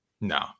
No